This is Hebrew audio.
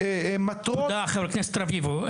מטרות --- תודה חבר הכנסת רביבו,